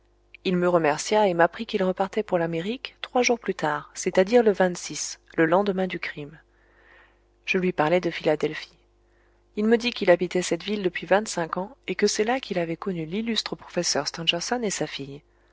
il me remercia et m'apprit qu'il repartait pour l'amérique trois jours plus tard c'est-à-dire le le lendemain du crime je lui parlai de philadelphie il me dit qu'il habitait cette ville depuis vingt-cinq ans et que c'est là qu'il avait connu l'illustre professeur stangerson et sa fille